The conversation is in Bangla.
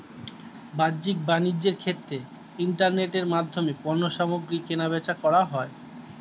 বাহ্যিক বাণিজ্যের ক্ষেত্রে ইন্টারনেটের মাধ্যমে পণ্যসামগ্রী কেনাবেচা করা হয়